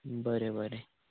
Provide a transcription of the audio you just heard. बरें बरें